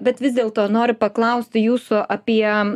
bet vis dėlto noriu paklausti jūsų apie